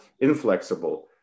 inflexible